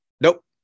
Nope